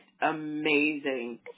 amazing